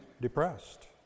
depressed